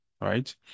right